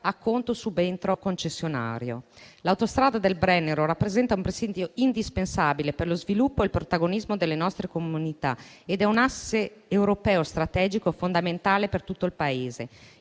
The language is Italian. subentro del nuovo concessionario. L'autostrada del Brennero rappresenta un presidio indispensabile per lo sviluppo e il protagonismo delle nostre comunità ed è un asse europeo strategico fondamentale per tutto il Paese.